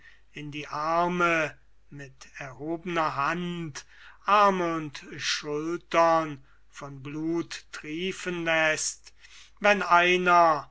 in die arme mit erhobener hand arme und schultern von blut triefen läßt wenn einer